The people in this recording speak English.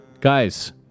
guys